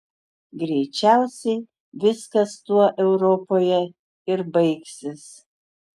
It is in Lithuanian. greičiausiai viskas tuo europoje ir baigsis